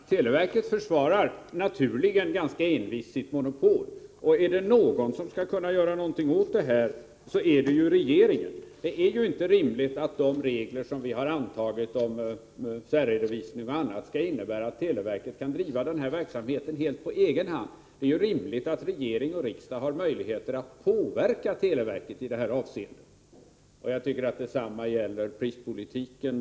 Fru talman! Televerket försvarar naturligen ganska envist sitt monopol. Är det någon som skall kunna göra någonting åt detta, så är det regeringen. Det är ju inte rimligt att de regler som vi antagit om särredovisning och annat skall innebära att televerket kan driva verksamheten helt på egen hand. Regering och riksdag skall ha möjligheter att påverka televerket i detta avseende. Detsamma gäller prispolitiken.